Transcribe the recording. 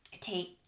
take